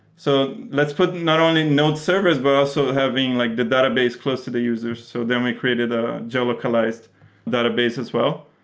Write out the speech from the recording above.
so let's put not only node servers, but also having like the database close to the users. so then we created ah java localized database as well.